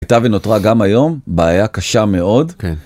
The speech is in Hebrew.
הייתה ונותרה גם היום בעיה קשה מאוד. כן.